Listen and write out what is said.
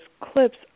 clips